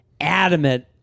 adamant